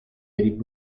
eric